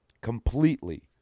Completely